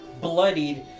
bloodied